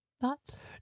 thoughts